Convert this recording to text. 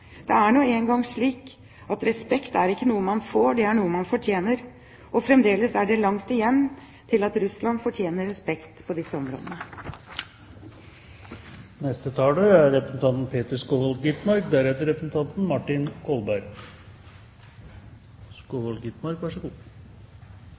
Det er nå en gang slik at respekt er ikke noe man får, det er noe man fortjener. Fremdeles er det langt igjen til at Russland fortjener respekt på disse områdene. Det er